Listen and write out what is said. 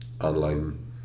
online